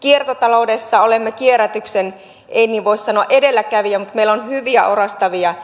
kiertotaloudessa olemme kierrätyksen ei voi sanoa edelläkävijä mutta meillä on myöskin hyviä orastavia